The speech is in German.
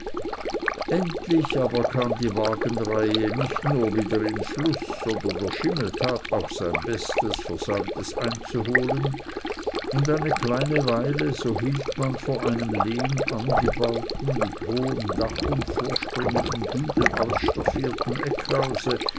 endlich aber kam die wagenreihe nicht nur wieder in fluß sondern der schimmel tat auch sein bestes versäumtes einzuholen und eine kleine weile so hielt man vor einem lehnan gebauten mit hohem dach und vorspringendem giebel ausstaffierten eckhause